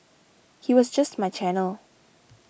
he was just my channel